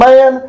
Man